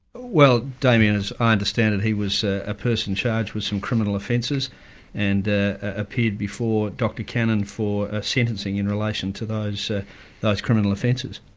well, damien, as i understand it, he was a person charged with some criminal offences and ah appeared before dr cannon for a sentencing in relation to those ah those criminal offences.